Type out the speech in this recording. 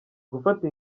gufata